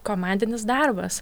komandinis darbas